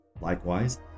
Likewise